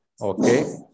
Okay